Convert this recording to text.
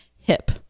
hip